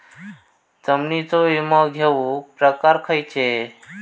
जीवनाचो विमो घेऊक प्रकार खैचे?